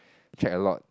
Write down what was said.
check a lot